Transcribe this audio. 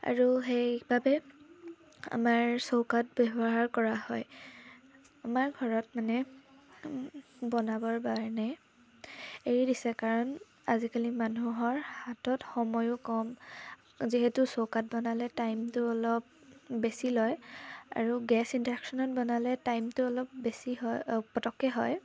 আৰু সেইবাবে আমাৰ চৌকাত ব্যৱহাৰ কৰা হয় আমাৰ ঘৰত মানে বনাবৰ কাৰণে এৰি দিছে কাৰণ আজিকালি মানুহৰ হাতত সময়ো কম যিহেতু চৌকাত বনালে টাইমটো অলপ বেছি লয় আৰু গেছ ইণ্ডাকশ্যনত বনালে টাইমটো অলপ বেছি হয় পটককৈ হয়